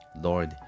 Lord